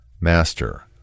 Master